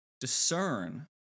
discern